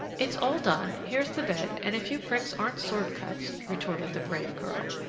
it's all done, there's the bed, and a few pricks aren't sword-cuts, retorted the brave girl.